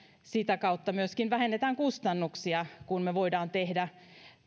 sitä kautta myöskin vähennetään kustannuksia kun me voimme tehdä